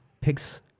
picks